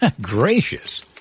Gracious